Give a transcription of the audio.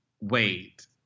wait